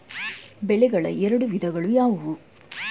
ಬೆಳೆಗಳ ಎರಡು ವಿಧಗಳು ಯಾವುವು?